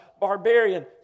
barbarian